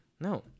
no